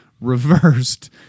reversed